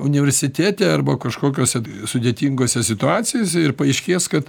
universitete arba kažkokiose sudėtingose situacijose ir paaiškės kad